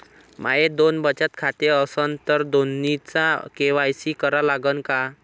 माये दोन बचत खाते असन तर दोन्हीचा के.वाय.सी करा लागन का?